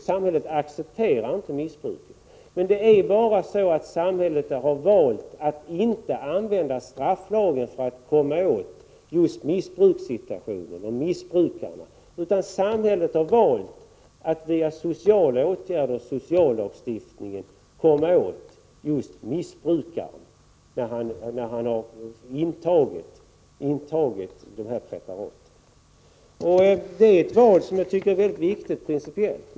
Samhället accepterar inte missbruket. Det är bara så att samhället har valt att inte använda strafflagen för att komma åt just missbrukarna. Samhället har valt att via sociala åtgärder och sociallagstiftningen komma åt just missbrukaren när han har intagit preparaten. Det är ett val som, tycker jag, är principiellt viktigt.